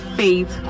faith